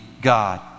God